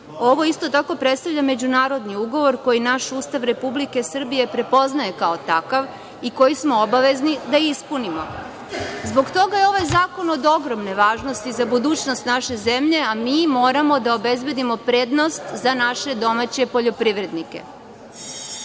Ovo isto tako predstavlja međunarodni ugovor koji naš Ustav Republike Srbije prepoznaje kao takav i koji smo obavezni da ispunimo. Zbog toga je ovaj zakon od ogromne važnosti za rezultat naše zemlje, a mi moramo da obezbedimo prednost za naše domaće poljoprivrednike. Na